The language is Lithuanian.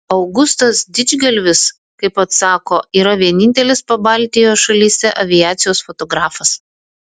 augustas didžgalvis kaip pats sako yra vienintelis pabaltijo šalyse aviacijos fotografas